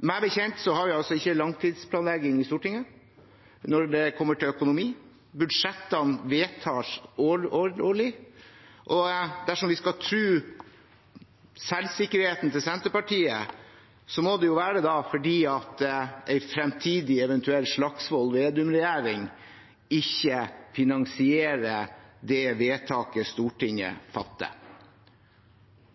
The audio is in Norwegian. Meg bekjent har vi ikke langtidsplanlegging i Stortinget når det kommer til økonomi. Budsjettene vedtas årlig. Dersom vi skal tro på selvsikkerheten til Senterpartiet, må det jo være fordi en eventuell fremtidig Slagsvold Vedum-regjering ikke finansierer det vedtaket Stortinget fatter.